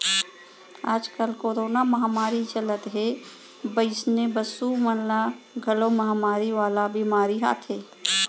आजकाल कोरोना महामारी चलत हे वइसने पसु मन म घलौ महामारी वाला बेमारी आथे